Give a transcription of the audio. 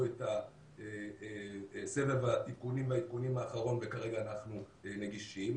את סבב התיקונים והעדכונים האחרון וכרגע אנחנו נגישים.